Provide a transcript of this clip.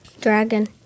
Dragon